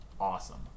awesome